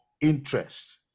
interest